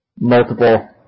multiple